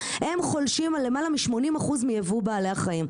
הם חולשים על למעלה מ-80% מיבוא בעלי החיים,